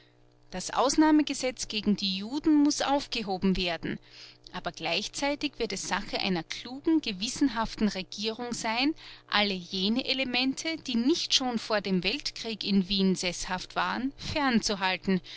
das ausnahmsgesetz gegen die juden muß aufgehoben werden aber gleichzeitig wird es sache einer klugen gewissenhaften regierung sein alle jene elemente die nicht schon vor dem weltkrieg in wien seßhaft waren